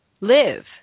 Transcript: live